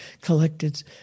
collected